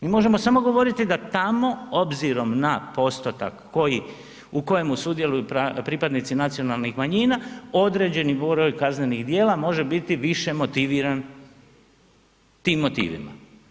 Mi možemo samo govoriti da tamo obzirom na postotak koji, u kojemu sudjeluju pripadnici nacionalnih manjina određeni broj kaznenih djela može biti više motiviran tim motivima.